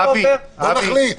אתה מחליט.